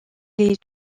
les